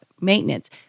maintenance